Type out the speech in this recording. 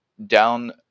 down